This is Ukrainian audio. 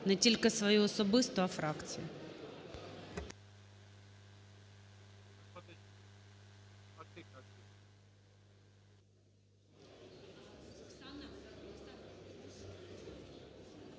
не тільки свою особисто, а фракції.